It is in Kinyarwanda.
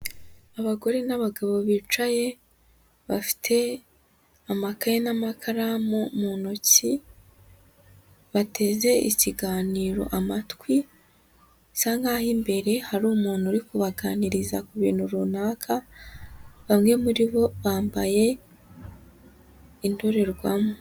Abagore n'abagabo bicaye, bafite amakaye n'amakaramu mu ntoki, bateze ikiganiro amatwi, bisa nk'aho imbere hari umuntu uri kubaganiriza ku bintu runaka, bamwe muri bo, bambaye, indorerwamo.